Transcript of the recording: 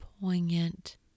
poignant